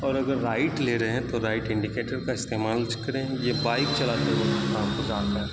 اور اگر رائٹ لے رہے ہیں تو رائٹ انڈیکیٹر کا استعمال کریں یہ بائیک چلاتے وقت آپ کو جانکاری